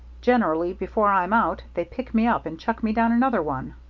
generally before i'm out they pick me up and chuck me down another one.